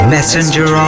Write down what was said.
Messenger